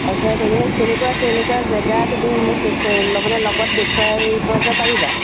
তাৰপিছত এনেই কেনেকুৱা কেনেকুৱা জেগা তুমি মোক দেখুৱাই ল মানে লগত দেখুৱাই আহিবগৈ পাৰিবা